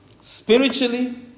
spiritually